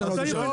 שנים.